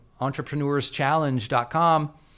entrepreneurschallenge.com